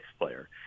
player